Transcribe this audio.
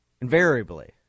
Invariably